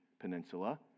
Peninsula